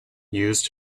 used